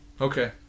Okay